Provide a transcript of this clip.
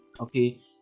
okay